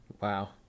wow